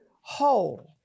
whole